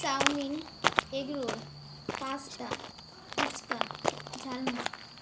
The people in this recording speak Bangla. chowmein egg roll pasta phuchka jhalmuri